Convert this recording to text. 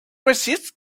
resist